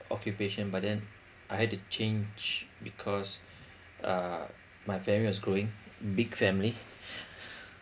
occupation but then I had to change because uh my family was growing big family